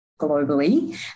globally